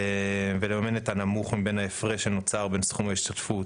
ולממן את הנמוך מבין ההפרש שנוצר בין סכום ההשתתפות